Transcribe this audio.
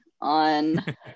on